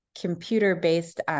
computer-based